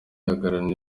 yaganiriye